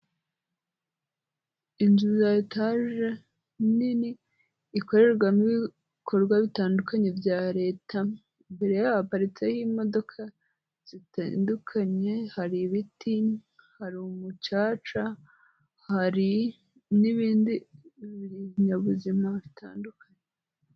Inzu ya etaje nini ikorerwamo ibikorwa bitandukanye bya leta, imbere yaho haparitseho imodoka zitandukanye, hari ibiti, hari umucaca, hari n'ibindi binyabuzima bitandukanye.